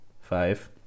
five